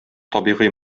табигый